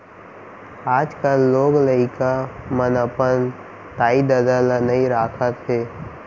आजकाल लोग लइका मन अपन दाई ददा ल नइ राखत हें